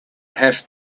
have